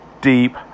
deep